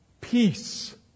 Peace